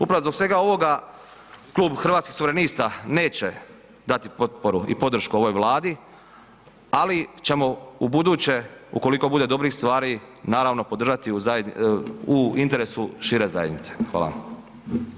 Upravo zbog svega ovoga klub Hrvatskih suverenista neće dati potporu i podršku ovoj Vladi, ali ćemo ubuduće ukoliko bude dobrih stvari, naravno podržati u interesu šire zajednice.